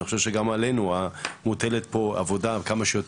עכשיו שגם עלינו מוטלת פה עבודה כמה שיותר,